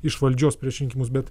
iš valdžios prieš rinkimus bet